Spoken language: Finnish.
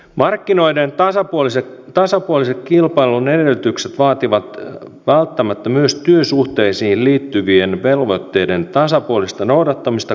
markkinoiden tasapuoliset kilpailun edellytykset vaativat välttämättä myös työsuhteisiin liittyvien velvoitteiden tasapuolista noudattamista kuljetusyrityksissä